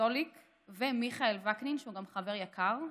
ברזוליק ומיכאל וקנין, שהוא גם חבר יקר.